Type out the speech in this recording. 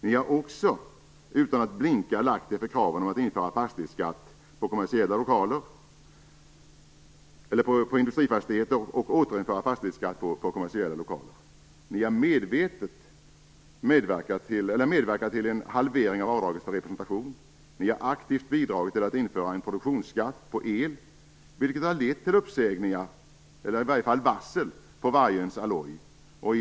Ni har också, utan att blinka, lagt er för kraven om att införa fastighetsskatt på industrifastigheter och återinföra fastighetsskatt på kommersiella lokaler. Ni har medverkat till en halvering av avdraget för representation. Ni har aktivt bidragit till att införa en produktionsskatt på el, vilket har lett till om inte uppsägningar så i varje fall varsel på Vargön Alloys.